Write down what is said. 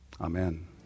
Amen